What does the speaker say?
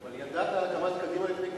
אבל ידעת על הקמת קדימה לפני כולם.